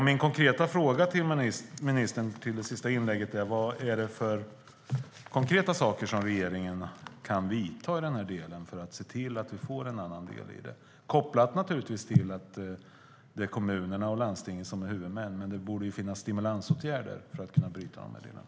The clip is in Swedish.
Min fråga till ministern är: Vilka konkreta åtgärder kan regeringen vidta för att få till en förändring? Kommunerna och landstingen är visserligen huvudmän, men det borde finnas stimulansåtgärder för att bryta könsmönstret.